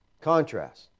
Contrast